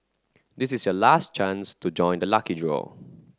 this is your last chance to join the lucky draw